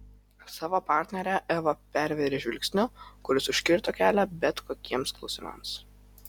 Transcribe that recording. savo partnerę eva pervėrė žvilgsniu kuris užkirto kelią bet kokiems klausimams